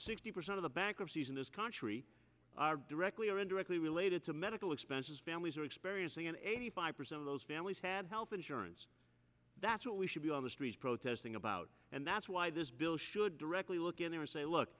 sixty percent of the bankruptcies in this country are directly or indirectly related to medical expenses families are experiencing eighty five percent of those families had health insurance that's what we should be on the streets protesting about and that's why this bill should directly look in there and say look